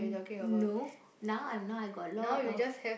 no now I'm not I got a lot of